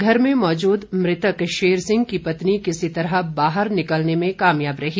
घर में मौजूद मृतक शेर सिंह की पत्नी किसी तरह बाहर निकलने में कामयाब रही